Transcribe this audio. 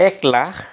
এক লাখ